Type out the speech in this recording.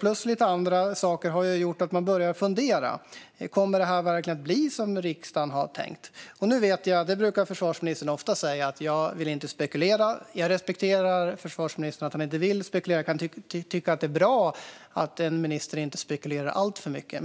plus lite andra saker har gjort att man börjar fundera. Kommer det verkligen att bli som riksdagen har tänkt? Försvarsministern brukar ofta säga att han inte vill spekulera. Jag respekterar att försvarsministern inte vill spekulera. Jag kan tycka att det är bra att en minister inte spekulerar alltför mycket.